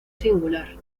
singular